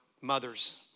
mothers